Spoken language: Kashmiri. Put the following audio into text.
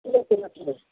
ٹھیٖک چھُ نا ٹھیٖک